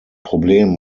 problem